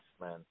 man